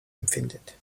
empfindet